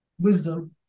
wisdom